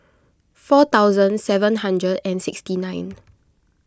four thousand seven hundred and sixty nine